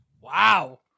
Wow